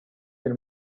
del